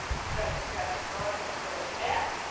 keep that contraction going in the middle of your back.